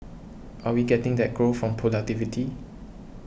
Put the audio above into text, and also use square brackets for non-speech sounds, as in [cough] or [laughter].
[noise] are we getting that growth from productivity